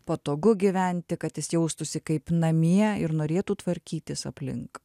patogu gyventi kad jis jaustųsi kaip namie ir norėtų tvarkytis aplink